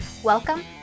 Welcome